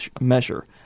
measure